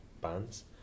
bands